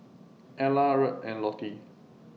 Ela Rhett and Lottie